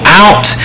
out